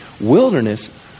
Wilderness